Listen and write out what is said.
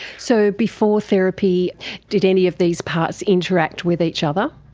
so before therapy did any of these parts interact with each other?